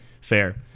Fair